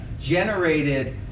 generated